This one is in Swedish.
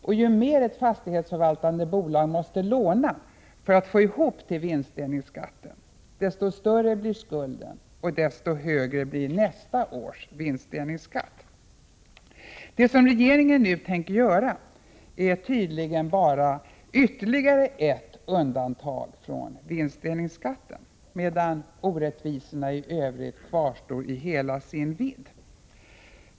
Och ju mer ett fastighetsförvaltande bolag måste låna för att få ihop till skatten, desto större blir skulden och desto större blir därmed nästa års vinstdelningsskatt. Men vad regeringen nu tänker göra är tydligen endast ett ytterligare undantag från vinstdelningsskatten, medan orättvisorna i övrigt kvarstår i hela sin vidd.